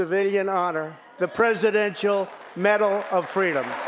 civilian honor, the presidential medal of freedom.